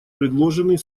предложенный